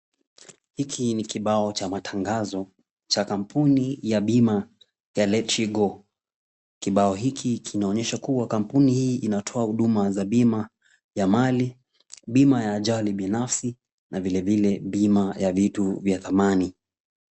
Hiki ni kibao cha matangazo cha kampuni ya bima ya LetsGo. Kibao hiki kinaonyesha kuwa kampuni hii inatoa huduma za bima ya mali, bima ya ajali binafsi na vilevile bima ya vitu vya thamani.